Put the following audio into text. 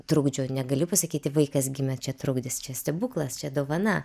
trukdžių negali pasakyti vaikas gimė čia trukdis čia stebuklas čia dovana